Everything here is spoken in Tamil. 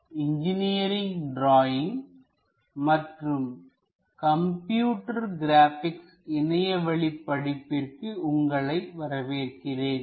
NPTEL லின் இன்ஜினியரிங் டிராயிங் மற்றும் கம்ப்யூட்டர் கிராபிக்ஸ் இணையவழி படிப்பிற்கு உங்களை வரவேற்கிறேன்